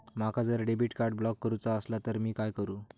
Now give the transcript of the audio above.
माका जर debit card block करूचा असला तर मी काय करू?